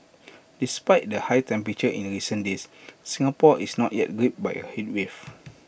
despite the high temperatures in recent days Singapore is not yet gripped by A heatwave